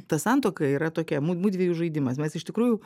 ta santuoka yra tokia mu mudviejų žaidimas mes iš tikrųjų